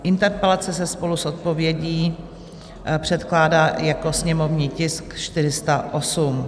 Interpelace se spolu s odpovědí předkládá jako sněmovní tisk 408.